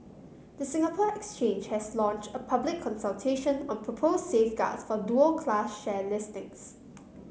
the Singapore Exchange has launched a public consultation on proposed safeguards for dual class share listings